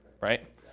right